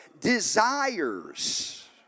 desires